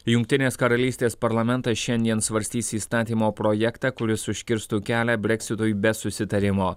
jungtinės karalystės parlamentas šiandien svarstys įstatymo projektą kuris užkirstų kelią breksitui be susitarimo